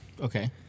Okay